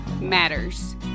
matters